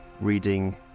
reading